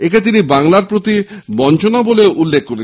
একে তিনি বাংলার প্রতি তীব্র বঞ্চনা বলেও উল্লেখ করেন